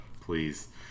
please